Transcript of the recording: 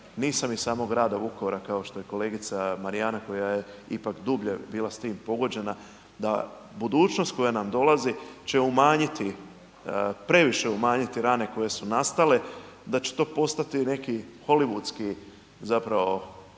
nisam iz samog grada Vukovara kao što je kolegica Marijana koja je ipak dublje bila s tim pogođena, da budućnost koja nam dolazi će umanjiti, previše umanjiti rane koje su nastale, da će to postati neki holivudski zapravo